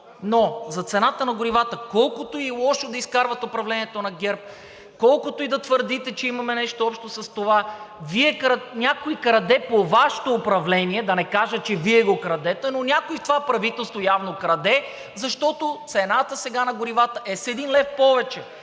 Но за цената на горивата, колкото и лошо да изкарват управлението на ГЕРБ, колкото и да твърдите, че имаме нещо общо с това, някой краде по време на Вашето управление, да не кажа, че Вие го крадете, но някой в това правителство явно краде, защото цената сега на горивата е с един лев повече.